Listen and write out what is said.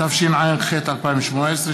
התשע"ח 2018,